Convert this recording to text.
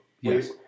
Yes